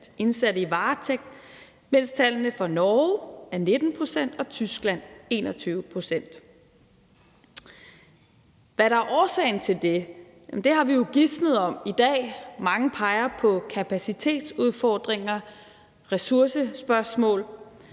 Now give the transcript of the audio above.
indsatte i varetægt, mens tallene fra Norge er 19 pct. og fra Tyskland 21 pct. Hvad der er årsagen til det, har vi jo gisnet om i dag. Mange peger på kapacitetsudfordringer, ressourcespørgsmål,